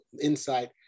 insight